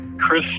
Chris